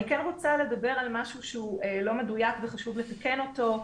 אני כן רוצה לדבר על משהו שהוא לא מדויק וחשוב לתקן אותו.